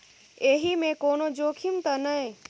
एहि मे कोनो जोखिम त नय?